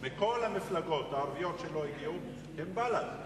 מכל המפלגות הערביות שלא הגיעו הם בל"ד.